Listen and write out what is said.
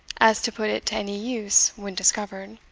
as to put it to any use when discovered.